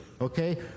Okay